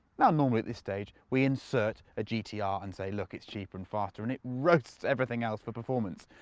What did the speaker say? now normally at this stage, we insert a gt-r ah and say, look, it's cheaper and faster, and it roasts everything else for performance.